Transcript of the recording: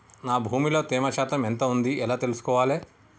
నా భూమి లో తేమ శాతం ఎంత ఉంది ఎలా తెలుసుకోవాలే?